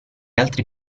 altri